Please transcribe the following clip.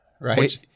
right